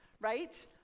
right